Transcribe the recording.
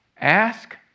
Ask